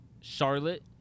Charlotte